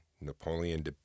Napoleon